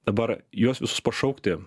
dabar juos visus pašaukti